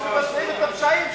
לכל אלה שמבצעים את הפשעים שם.